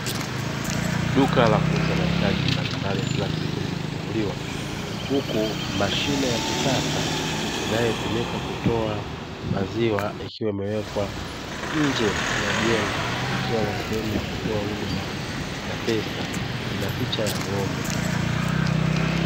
Duka la kuuza mahitaji mbalimbali yakiwa siku limefunguliwa, huku mashine ya kisasa inayotumika kutoa maziwa ikiwa imewekwa nje ya jengo ikiwa na sehemu ya kutoa huduma ya pesa inapicha ya n'gombe.